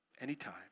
anytime